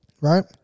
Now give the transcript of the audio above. Right